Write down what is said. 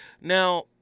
Now